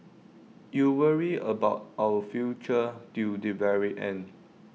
you worry about our future till the very end